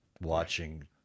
watching